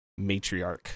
matriarch